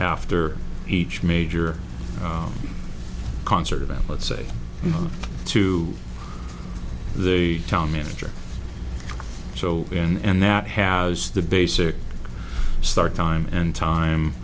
after each major concert event let's say to the town manager so and that has the basic start time and time